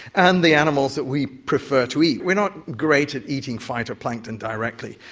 and the animals that we prefer to eat. we're not great at eating phytoplankton directly,